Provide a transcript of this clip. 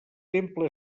temple